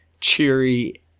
cheery